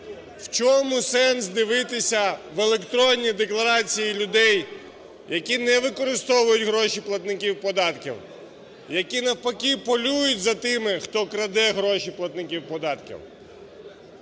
В чому сенс дивитися в електронній декларації людей, які не використовують гроші платників податків, які навпаки полюють за тими, хто краде гроші платників податків?